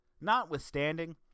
Notwithstanding